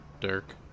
Dirk